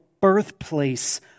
birthplace